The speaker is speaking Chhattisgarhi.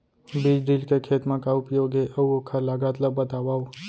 बीज ड्रिल के खेत मा का उपयोग हे, अऊ ओखर लागत ला बतावव?